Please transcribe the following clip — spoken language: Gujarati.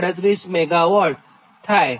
538 મેગાવોટ થાય